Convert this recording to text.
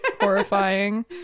horrifying